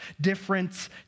difference